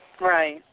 Right